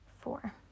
four